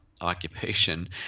occupation